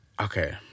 Okay